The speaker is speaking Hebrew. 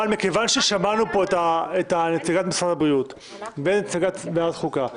אבל מכיוון ששמענו פה את נציגת משרד הבריאות ואת נציגת ועדת החוקה,